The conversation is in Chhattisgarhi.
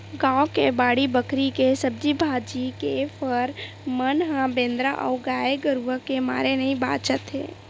गाँव के बाड़ी बखरी के सब्जी भाजी, के फर मन ह बेंदरा अउ गाये गरूय के मारे नइ बाचत हे